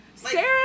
Sarah